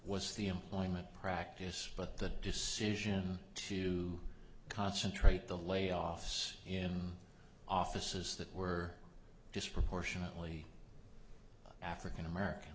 was the employment practice but the decision to concentrate the layoffs in offices that were disproportionately african american